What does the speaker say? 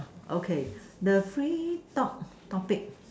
okay the free talk topic